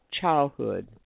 childhood